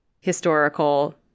historical